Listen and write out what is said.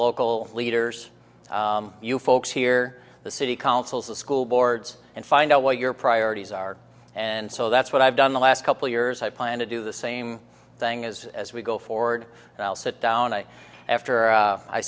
local leaders you folks here the city councils the school boards and find out what your priorities are and so that's what i've done the last couple years i plan to do the same thing as as we go forward i'll sit down and after